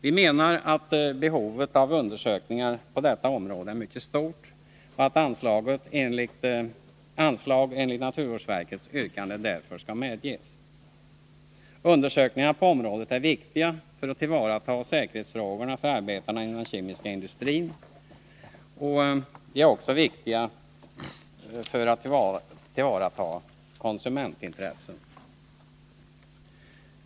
Vi menar att behovet av undersökningar på detta område är mycket stort och att anslag enligt naturvårdsverkets yrkande därför bör medges. Undersökningarna på området är viktiga för att tillvarata säkerhetsintressena för arbetarna inom den kemiska industrin. De är också viktiga red tanke på tillvaratagandet av konsumentintressena.